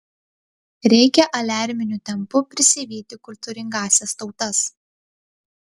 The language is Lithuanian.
reikia aliarminiu tempu prisivyti kultūringąsias tautas